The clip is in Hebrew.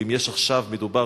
ואם עכשיו מדובר,